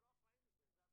אתה לא אחראי לזה.